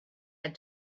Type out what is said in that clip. had